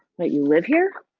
wait, you live here?